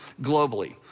globally